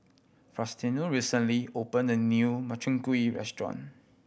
Faustino recently opened a new Makchang Gui restaurant